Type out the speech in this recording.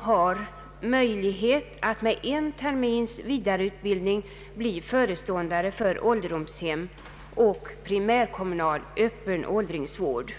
har möjlighet att med en termins vidareutbildning bli föreståndare för ålder domshem och primärkommunal öppen åldringsvård.